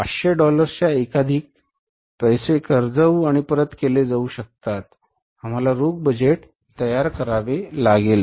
500 डॉलर्सच्या एकाधिक पैसे कर्जाऊ आणि परत केले जाऊ शकतात आम्हाला रोख बजेट तयार करावे लागेल